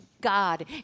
God